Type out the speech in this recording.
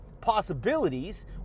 possibilities